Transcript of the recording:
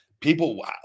People